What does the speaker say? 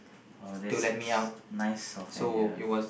oh that's nice of them ya